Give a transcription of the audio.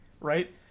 right